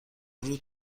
ورود